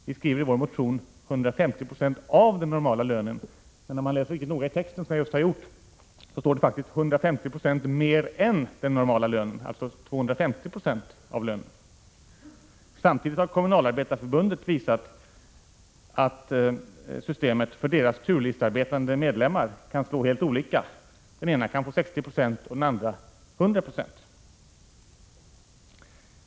Vi skriver i vår motion 150 26 av den normala lönen, men om man läser riktigt noga i texten står det faktiskt 150 70 mer än den normala lönen, dvs. 250 96 av lönen. Samtidigt har Kommunalarbetareförbundet visat att systemet för deras turlistearbetande medlemmar kan slå helt olika; den ene kan få 60 70 och den andre 100 96.